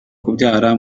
kubyara